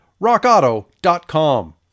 RockAuto.com